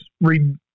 read